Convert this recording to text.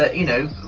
ah you know,